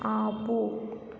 ఆపు